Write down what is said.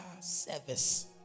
service